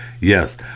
Yes